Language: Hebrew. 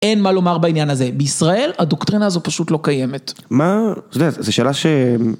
אין מה לומר בעניין הזה. בישראל הדוקטרינה הזו פשוט לא קיימת. מה? אתה יודע, זו שאלה ש...